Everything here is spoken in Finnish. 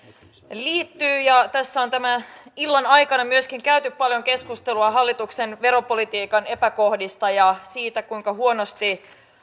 liittyvät tässä on tämän illan aikana myöskin käyty paljon keskustelua hallituksen veropolitiikan epäkohdista ja siitä kuinka huonosti